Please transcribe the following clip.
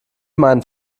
meinen